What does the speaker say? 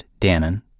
Danon